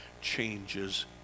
changes